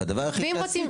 והדבר היחיד --- תמר,